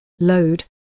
load